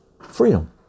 freedom